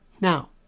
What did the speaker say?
Now